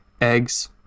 eggs